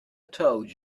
told